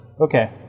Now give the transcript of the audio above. Okay